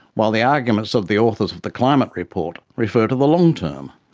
while the arguments of the authors of the climate report refer to the long-term.